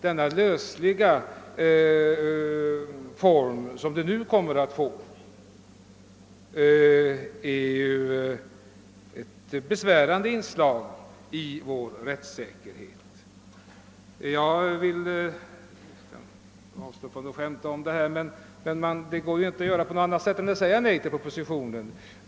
Den lösliga form som avlyssningen nu kommer att få blir ett besvärande inslag i vår rättssäkerhet. Det går inte att göra på annat sätt än att säga nej till propositionen.